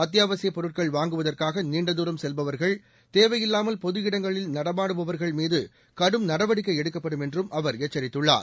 அத்தியாவசியப் பொருட்கள் வாங்குவதற்காக நீண்ட தூரம் செல்பவர்கள் மற்றும் தேவையில்லாமல் பொது இடங்களில் நடமாடுபவர்கள்மீது கடும் நடவடிக்கை எடுக்கப்படும் என்றும் அவர் எச்சரித்துள்ளார்